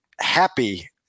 happy